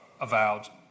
avowed